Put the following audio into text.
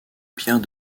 pierre